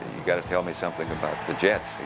you got to tell me something about the jets.